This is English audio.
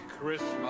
Christmas